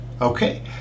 okay